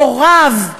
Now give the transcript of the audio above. הוריו?